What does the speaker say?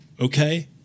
okay